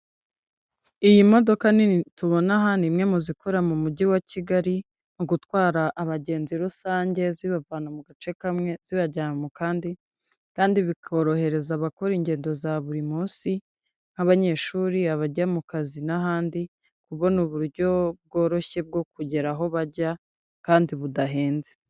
Iyi modoka nini tubona aha, ni imwe mu zikora mu mujyi wa Kigali mu gutwara abagenzi rusange, zibavana mu gace kamwe zibajyana mu kandi, kandi bikorohereza abakora ingendo za buri munsi nk'abanyeshuri, abajya mu kazi n'ahandi kubona uburyo bworoshye bwo kugera aho bajya kandi budahenze.